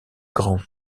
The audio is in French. grands